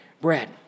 Bread